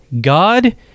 God